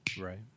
right